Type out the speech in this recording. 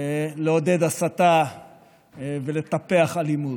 לעודד הסתה ולטפח אלימות.